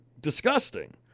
disgusting